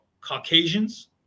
caucasians